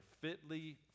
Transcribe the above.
fitly